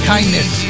Kindness